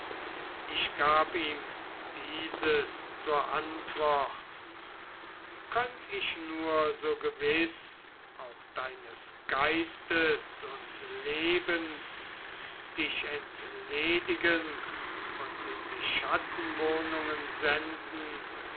ich gab ihm dieses zur antwort könnt ich nur so gewiß auch deines geistes und lebens dich entledigen und in die schattenwohnungen senden